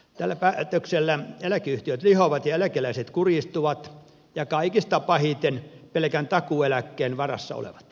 tällä päätöksellä eläkeyhtiöt lihovat ja eläkeläiset kurjistuvat ja kaikista pahiten pelkän takuueläkkeen varassa olevat